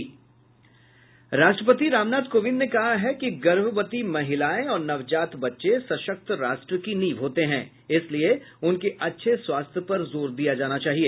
राष्ट्रपति रामनाथ कोविंद ने कहा है कि गर्भवती महिलायें और नवजात बच्चे सशक्त राष्ट्र की नींव होते हैं इसलिये उनके अच्छे स्वास्थ्य पर जोर दिया जाना चाहिए